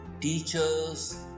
teachers